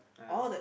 ah